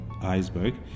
iceberg